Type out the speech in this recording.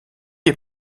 est